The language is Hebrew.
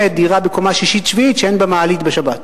דירה בקומה שישית או שביעית שאין בה מעלית בשבת.